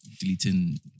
deleting